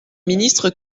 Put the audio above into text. ministre